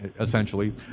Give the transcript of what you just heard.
essentially